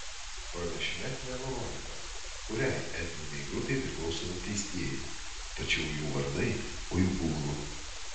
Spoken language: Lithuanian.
pranešime nenurodyta kuriai etninei grupei priklauso nuteistieji tačiau jų vardai uigūrų